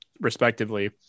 respectively –